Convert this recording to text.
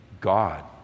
God